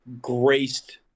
graced